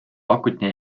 pakuti